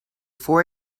for